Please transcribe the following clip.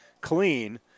clean